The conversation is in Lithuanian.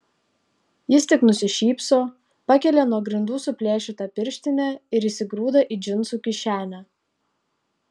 jis tik nusišypso pakelia nuo grindų suplėšytą pirštinę ir įsigrūda į džinsų kišenę